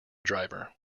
driver